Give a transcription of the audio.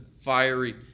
fiery